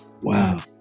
wow